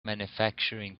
manufacturing